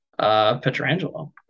Petrangelo